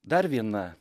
dar viena